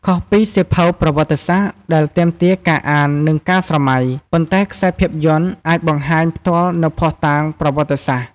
ខុសពីសៀវភៅប្រវត្តិសាស្ត្រដែលទាមទារការអាននិងការស្រមៃ ប៉ុន្តែខ្សែភាពយន្តអាចបង្ហាញផ្ទាល់នូវភស្តុតាងប្រវត្តិសាស្ត្រ។